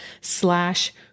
slash